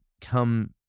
come